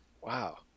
Wow